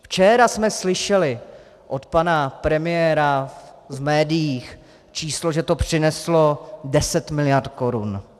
Včera jsme slyšeli od pana premiéra v médiích číslo, že to přineslo 10 mld. korun.